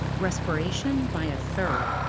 respiration by a third,